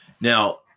Now